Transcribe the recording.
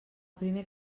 primer